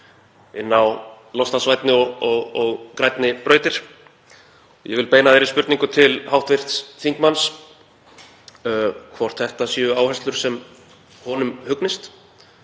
inn á loftslagsvænni og grænni brautir. Ég vil beina þeirri spurningu til hv. þingmanns hvort þetta séu áherslur sem honum hugnist